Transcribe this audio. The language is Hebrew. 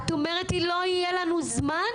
ואת אומרת לי, לא יהיה לנו זמן?